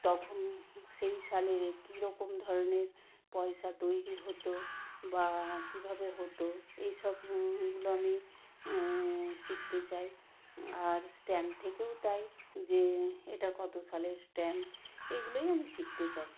তখন সেই সালের কী রকম ধরনের পয়সা তৈরি হতো বা কীভাবে হতো এই সবগুলো আমি শিখতে চাই আর স্ট্যাম্প থেকেও তাই যে এটা কতো সালের স্ট্যাম্প এগুলোই আমি শিখতে চাই